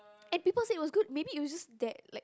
and people said it was good maybe it was just that like